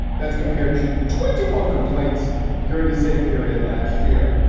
that's compared to twenty one complaints during the same period last year.